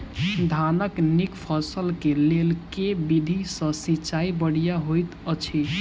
धानक नीक फसल केँ लेल केँ विधि सँ सिंचाई बढ़िया होइत अछि?